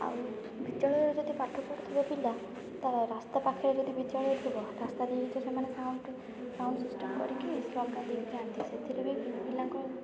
ଆଉ ବିଦ୍ୟାଳୟରେ ଯଦି ପାଠ ପଢ଼ୁଥିବେ ପିଲା ତ ରାସ୍ତା ପାଖରେ ଯଦି ବିଦ୍ୟାଳୟ ଥିବ ରାସ୍ତାରେ ସାଉଣ୍ଡ୍ ସିଷ୍ଟମ୍ କରିକି ସେଥିରେ ବି ପିଲାଙ୍କ